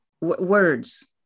words